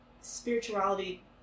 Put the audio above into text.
spirituality